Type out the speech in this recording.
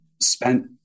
spent